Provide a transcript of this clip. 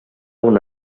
una